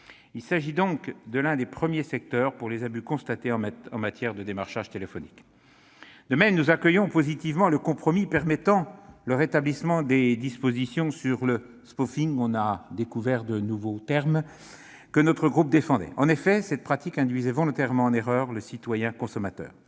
Il s'agit donc de l'un des premiers secteurs pour les abus constatés en matière de démarchage téléphonique. De même, nous accueillons positivement le compromis permettant le rétablissement des dispositions sur le- nous avons découvert de nouveaux termes -, que mon groupe défendait. En effet, cette pratique induisait volontairement en erreur le citoyen consommateur.